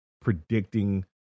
predicting